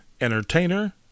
entertainer